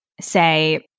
say